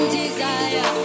desire